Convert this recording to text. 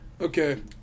Okay